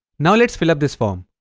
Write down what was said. now, let's fill-up this form